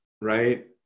right